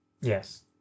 yes